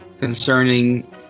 concerning